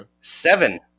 seven